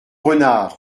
renard